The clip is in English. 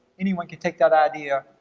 anyone can take that idea,